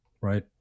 Right